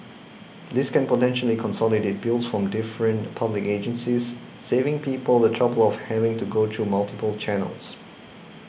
this can potentially consolidate bills from different public agencies saving people the trouble of having to go through multiple channels